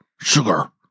sugar